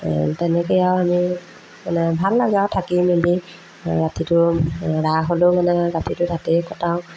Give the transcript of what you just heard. তেনেকৈ আৰু আমি মানে ভাল লাগে আৰু থাকি মেলি ৰাতিটো ৰাস হ'লেও মানে ৰাতিটো তাতেই কটাওঁ